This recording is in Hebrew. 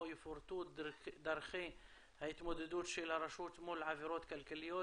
יפורטו דרכי ההתמודדות של הרשות מול עבירות כלכליות